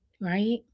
right